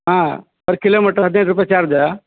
ಹಾಂ per kilometre ಹದಿನೈದು ರುಪಾಯ್ ಚಾರ್ಜ